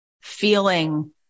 feeling